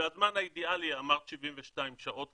זה הזמן האידיאלי אמרת 72 שעות